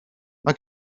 mae